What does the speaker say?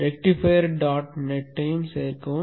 rectifier dot நெட்டையும் சேர்க்கவும்